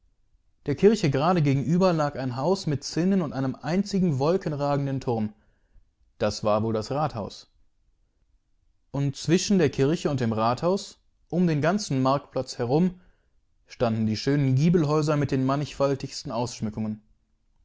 der kirche gerade gegenüber lag ein haus mit zinnenundeinemeinzigenwolkenragendenturm daswarwohldasrathaus und zwischen der kirche und dem rathaus um den ganzen marktplatz herum standen die schönen giebelhäuser mit den mannigfaltigsten ausschmückungen